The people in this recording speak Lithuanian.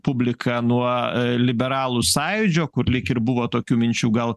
publika nuo liberalų sąjūdžio kur lyg ir buvo tokių minčių gal